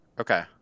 Okay